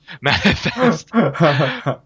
manifest